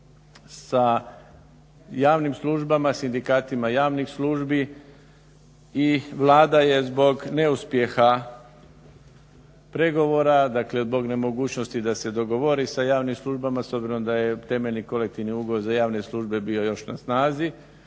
postići sa sindikatima javnih službi i vlada je zbog neuspjeha pregovora dakle zbog nemogućnosti da se dogovori sa javnim službama s obzirom da je temeljni kolektivni ugovor za javne službe bio još na snazi